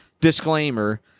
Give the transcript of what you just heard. disclaimer